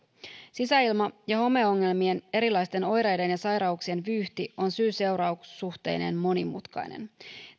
sisäilma ja homeongelmien erilaisten oireiden ja sairauksien vyyhti on syy seuraus suhteinen monimutkainen